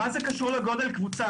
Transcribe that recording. מה זה קשור לגודל קבוצה?